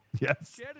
yes